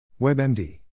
WebMD